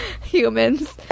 humans